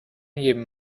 jedem